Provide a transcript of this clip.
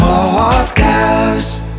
Podcast